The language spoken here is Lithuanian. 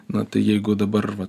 na tai jeigu dabar vat